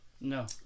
No